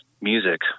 music